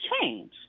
change